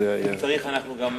אם צריך אנחנו גם,